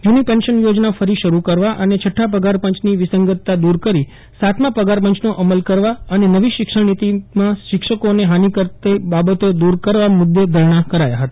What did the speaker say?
જૂની પેન્શન યોજના ફરી શરૂ કરવા અને છઠા પગાર પંચની વિસંગતતા દૂર કરી સાતમા પગાર પંચનો અમલ કરવા અને નવી શિક્ષણનીતીમાં શિક્ષકોને હાનિકર્તા બાબતો દૂર કરવા મૂદે ધરણા કરાયા હતા